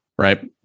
right